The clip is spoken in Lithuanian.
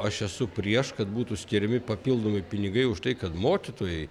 aš esu prieš kad būtų skiriami papildomi pinigai už tai kad mokytojai